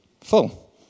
full